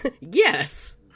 Yes